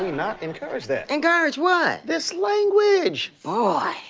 not encourage that? encourage what? this language! ah